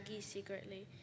secretly